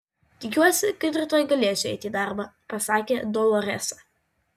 tikiuosi kad rytoj galėsiu eiti į darbą pasakė doloresa